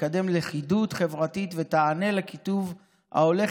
תקדם לכידות חברתית ותענה לקיטוב ההולך